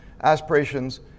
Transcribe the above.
aspirations